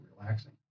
relaxing